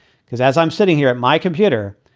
because as i'm sitting here at my computer,